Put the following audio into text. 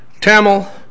Tamil